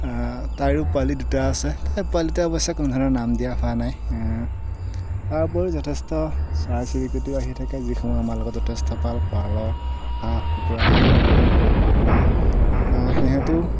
তাইৰো পোৱালী দুটা আছে পোৱালী দুটাৰ অৱশ্যে কোনো ধৰণৰ নাম দিয়া হোৱা নাই তাৰোপৰি যথেষ্ট চৰাই চিৰিকতিও আহি থাকে যি সময় আমাৰ লগত যথেষ্ট পাল পাৰ হাঁহ কুকুৰা এই সমূহ আমি পালোঁ পুহোঁ সিহঁতেও